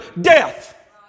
death